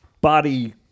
body